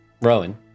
Rowan